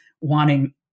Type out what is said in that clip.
wanting –